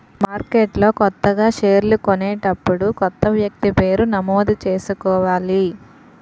మార్కెట్లో కొత్తగా షేర్లు కొనేటప్పుడు కొత్త వ్యక్తి పేరు నమోదు చేసుకోవాలి